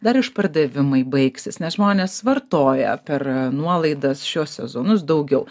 dar išpardavimai baigsis nes žmonės vartoja per nuolaidas šiuos sezonus daugiau